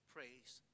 Praise